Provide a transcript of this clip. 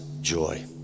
joy